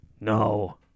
No